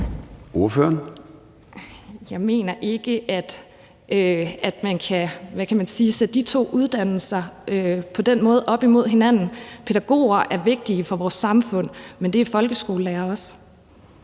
Jeg mener ikke, at man på den måde kan stille de to uddannelser op mod hinanden. Pædagoger er vigtige for vores samfund, men det er folkeskolelærere også.